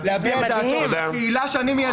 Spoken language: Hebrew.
אני מבין שיש לך ועדת חוקה במקום אחר.